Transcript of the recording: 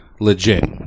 Legit